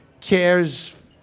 cares